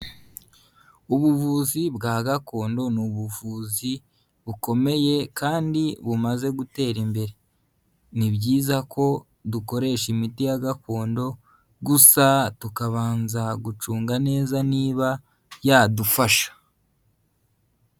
Ubuvuzi bwa gakondo ni ubuvuzi bukomeye kandi bumaze gutera imbere, ni byiza ko dukoresha imiti ya gakondo gusa tukabanza gucunga neza niba yadufasha.